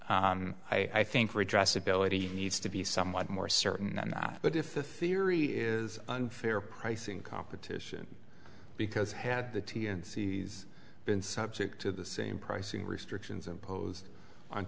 honor i think redress ability needs to be somewhat more certain than that but if the theory is unfair pricing competition because had the t n c been subject to the same pricing restrictions imposed on